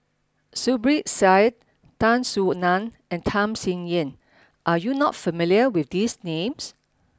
Zubir Said Tan Soo Nan and Tham Sien Yen are you not familiar with these names